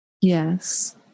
Yes